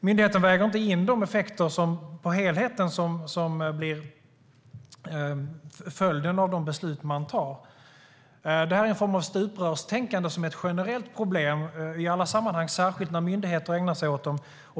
Myndigheten väger inte in de effekter på helheten som blir följden av de beslut den fattar. Det är en form av stuprörstänkande som är ett generellt problem i alla sammanhang, och särskilt när myndigheter ägnar sig åt det.